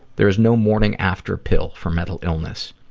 there is no morning after pill for mental illness.